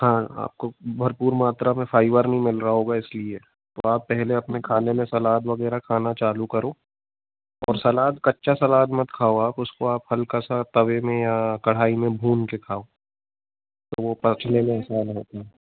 हाँ आपको भरपूर मात्रा में फ़ाइवर नहीं मिल रहा होगा इसलिए तो आप पहले अपने खाने में सलाद वग़ैरह खाना चालू करो और सलाद कच्चा सलाद मत खाओ आप उसको आप हल्का सा तवे में या कढ़ाई में भून कर खाओ वो पचने में आसान होता है